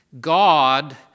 God